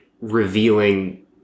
revealing